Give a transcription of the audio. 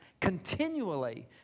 continually